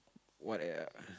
what air